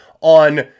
on